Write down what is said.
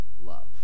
love